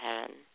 heaven